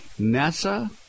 NASA